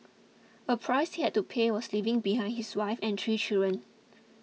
a price he had to pay was leaving behind his wife and three children